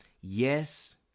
Yes